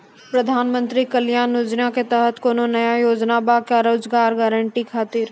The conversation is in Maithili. प्रधानमंत्री कल्याण योजना के तहत कोनो नया योजना बा का रोजगार गारंटी खातिर?